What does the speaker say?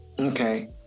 Okay